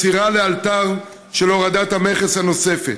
עצירה לאלתר של הורדת המכס הנוספת.